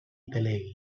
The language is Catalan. delegui